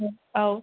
औ